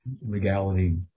legality